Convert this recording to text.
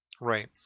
Right